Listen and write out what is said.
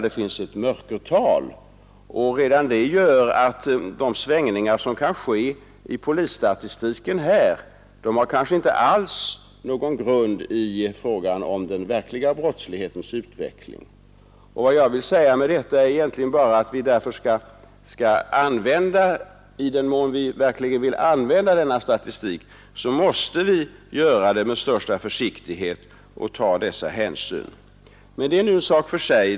Där finns ett mörkertal, och redan det gör att de svängningar som kan ske i polisstatistiken kanske inte alls har någon grund i den verkliga brottslighetens utveckling. Vad jag vill säga med detta är egentligen bara att i den mån vi vill använda denna statistik måste vi göra det med största försiktighet och ta dessa hänsyn. Men det är nu en sak för sig.